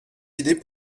idées